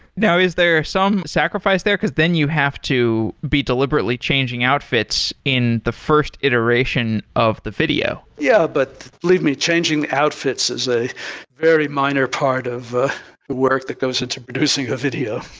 now, is there some sacrifice there? because then you have to be deliberately changing outfits in the first iteration of the video. yeah, but believe me, changing outfits is a very minor part of the work that goes into producing a video.